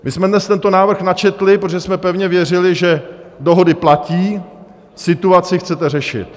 My jsme dnes tento návrh načetli, protože jsme pevně věřili, že dohody platí, situaci chcete řešit.